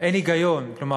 אין היגיון לומר